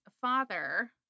father